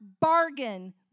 bargain